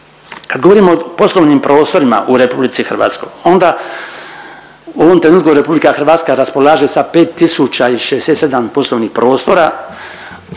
Kad govorimo o poslovnim prostorima u RH onda u ovom trenutku RH raspolaže sa 5.067 poslovnih prostora